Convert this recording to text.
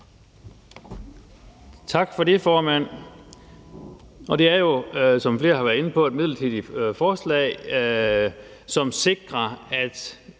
Tak for det, formand. Det er jo, som flere har været inde på, et midlertidigt forslag, som sikrer, at